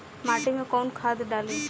माटी में कोउन खाद डाली?